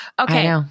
Okay